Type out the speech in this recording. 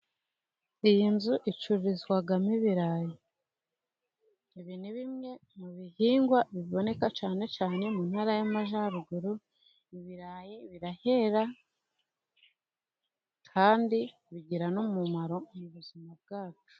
Iyi nzu icururizwamo ibirayi, ibi ni bimwe mu bihingwa biboneka cyane cyane mu ntara y'amajyaruguru, ibirayi birahera kandi bigira n'umumaro mu buzima bwacu.